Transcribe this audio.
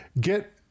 get